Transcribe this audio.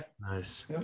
Nice